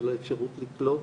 של האפשרות לקלוט,